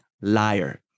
liar